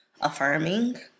affirming